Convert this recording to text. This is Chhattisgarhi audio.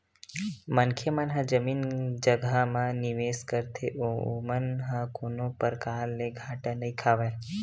मनखे मन ह जमीन जघा म निवेस करथे ओमन ह कोनो परकार ले घाटा नइ खावय